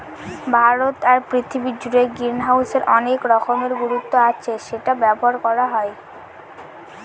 ভারতে আর পৃথিবী জুড়ে গ্রিনহাউসের অনেক রকমের গুরুত্ব আছে সেটা ব্যবহার করা হয়